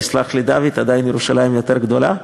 יסלח לי דוד, ירושלים עדיין יותר גדולה,